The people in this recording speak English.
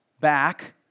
back